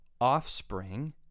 offspring